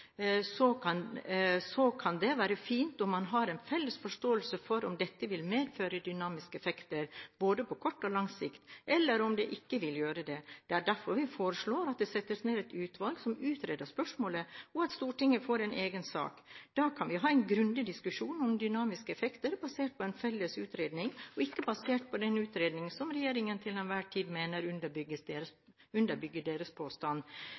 kan det være fint om man har en felles forståelse av om dette vil medføre dynamiske effekter, både på kort og lang sikt, eller om det ikke vil gjøre det. Det er derfor vi foreslår at det settes ned et utvalg som utreder spørsmålet, og at Stortinget får en egen sak. Da kan vi ha en grundig diskusjon om dynamiske effekter basert på en felles utredning og ikke basert på de utredninger som regjeringen til enhver tid mener underbygger deres